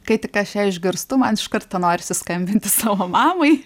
kai tik aš ją išgirstu man iš karto norisi skambinti savo mamai